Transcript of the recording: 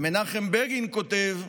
ומנחם בגין כותב: